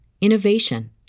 innovation